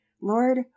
Lord